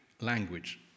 language